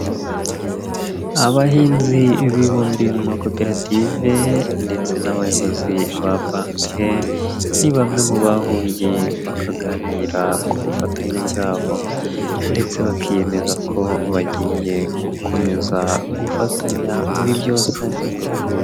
Abahinzi bibumbiye mu makoperative ndetse n'abayobozi ba banki, ni bamwe mu bahuye bakaganira ku bufatanye bwabo ndetse bakiyemeza ko bagiye gukomeza gufatanya muri byose.